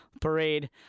parade